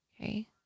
Okay